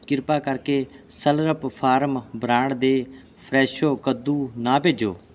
ਕਿਰਪਾ ਕਰਕੇ Slurrp Farm brand ਦੇ ਫਰੈਸ਼ੋ ਕੱਦੂ ਨਾ ਭੇਜੋ